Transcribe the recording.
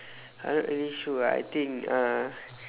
I not really sure ah I think uh